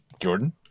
Jordan